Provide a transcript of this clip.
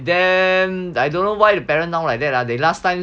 damn don't know why parent now like that lah they last time